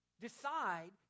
decide